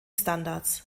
standards